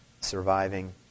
surviving